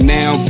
Now